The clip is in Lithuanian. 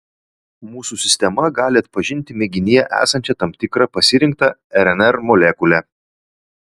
mūsų sistema gali atpažinti mėginyje esančią tam tikrą pasirinktą rnr molekulę